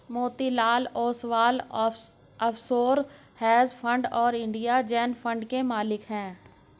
Motilal Oswal offshore hedge fund और India Zen fund के मालिक हैं